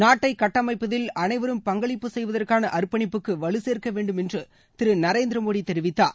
நாட்டை கட்டமைப்பதில் அனைவரும் பங்களிப்பு செய்வதற்கான அர்ப்பணிப்புக்கு வலு சேர்க்க வேண்டும்என்று திரு நரேந்திரமோடி தெரிவித்தார்